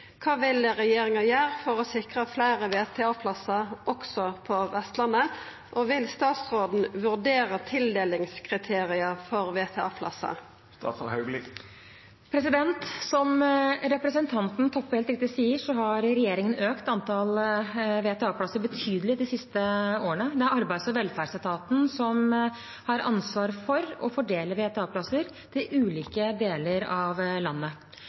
vil regjeringa gjere for å sikre fleire VTA-plassar også på Vestlandet, og vil statsråden vurdere tildelingskriteria for VTA-plassar?» Som representanten Toppe helt riktig sier, har regjeringen økt antallet VTA-plasser betydelig de siste årene. Det er Arbeids- og velferdsetaten som har ansvaret for å fordele VTA-plasser til ulike deler av landet.